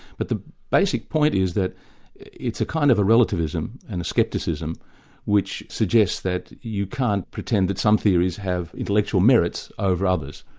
but the basic point is that it's a kind of a relativism, and a scepticism which suggests that you can't pretend that some theories have intellectual merits over others.